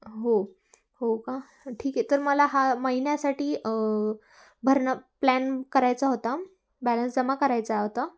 हो हो का ठीक आहे तर मला हा महिन्यासाठी भरणं प्लॅन करायचा होता बॅलन्स जमा करायचा होता